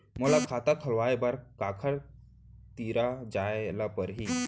मोला खाता खोलवाय बर काखर तिरा जाय ल परही?